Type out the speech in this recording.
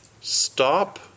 stop